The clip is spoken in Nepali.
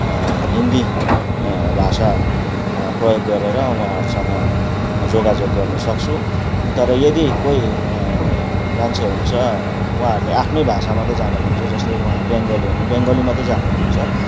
हिन्दी भाषा प्रयोग गरेर उहाँहरूसँग जोगाजोग गर्न सक्छु तर यदि कोही मान्छे हुन्छ उहाँहरूले आफ्नै भाषा मात्र जानेको हुन्छ जस्तै उहाँ बेङ्गली हो भने बेङ्गली मात्रै जानेको हुन्छ